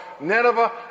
Nineveh